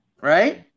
Right